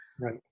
right